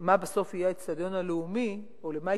מה בסוף יהיה האיצטדיון הלאומי או למה